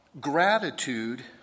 gratitude